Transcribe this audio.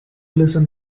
listen